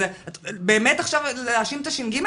באמת עכשיו להאשים את הש"ג?